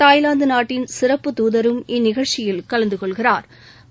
Thailand நாட்டின் சிறப்பு தூதரும் இந்நிகழ்ச்சியில் கலந்து கொள்கிறாா்